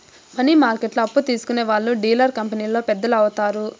money మార్కెట్లో అప్పు తీసుకునే వాళ్లు డీలర్ కంపెనీలో పెద్దలు వత్తారు